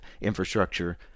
infrastructure